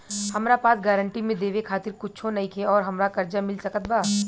हमरा पास गारंटी मे देवे खातिर कुछूओ नईखे और हमरा कर्जा मिल सकत बा?